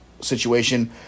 situation